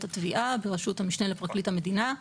התביעה בראשות המשנה לפרקליט המדינה,